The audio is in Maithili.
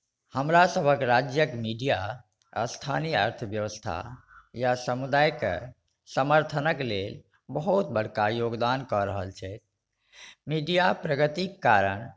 हमरा सभके राज्यके मिडिया स्थानीय अर्थव्यवस्था या समुदायके समर्थनके लेल बहुत बड़का योगदान कऽ रहल छै मिडिया प्रगतिके कारण